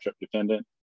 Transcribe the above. dependent